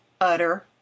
utter